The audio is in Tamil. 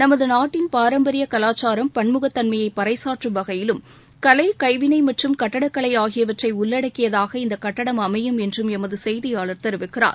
நமது நாட்டின் பாரம்பரிய கலாச்சாரம் பன்முகத்தன்மையை பரைசாற்றும் வகையிலும் கலை கைவினை மற்றும் கட்டட கலை ஆகியவற்றை உள்ளடக்கியதாகவும் இந்த கட்டடம் அமையும் என்றும் எமது செய்தியாளர் தெரிவிக்கிறார்